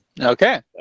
Okay